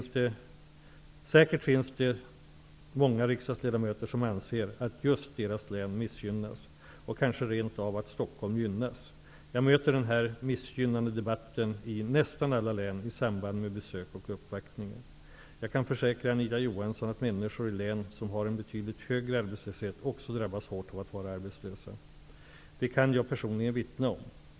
Säkert finns det många riksdagsledamöter som anser att just deras län missgynnas och kanske rent av att Stockholm gynnas. Jag möter den här ''missgynnade-debatten'' i nästan alla län i samband med besök och uppvaktningar. Jag kan försäkra Anita Johansson att människor i län som har en betydligt högre arbetslöshet också drabbas hårt av att vara arbetslösa. Det kan jag personligen vittna om.